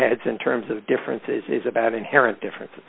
heads in terms of differences is about inherent differences